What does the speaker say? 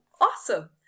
awesome